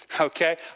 okay